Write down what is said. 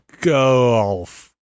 golf